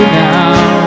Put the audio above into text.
now